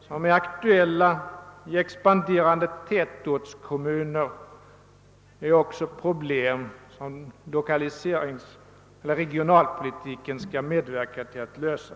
som är aktuella i expanderande tätortskommuner är det också regionalpolitikens uppgift att medverka till att lösa.